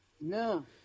no